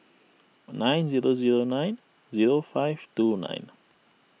nine zero zero nine zero five two nine